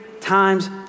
times